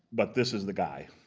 but this is the guy.